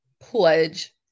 pledge